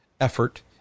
effort